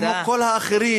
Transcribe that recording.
בדיוק כמו כל האחרים.